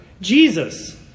Jesus